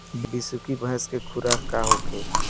बिसुखी भैंस के खुराक का होखे?